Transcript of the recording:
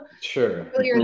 Sure